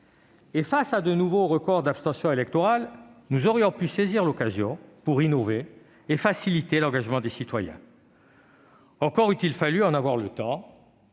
Face à de nouveaux records d'abstention électorale, nous aurions pu saisir l'occasion pour innover et faciliter l'engagement des citoyens. Encore eût-il fallu en avoir le temps